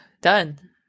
done